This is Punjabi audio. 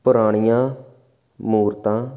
ਪੁਰਾਣੀਆਂ ਮੂਰਤਾਂ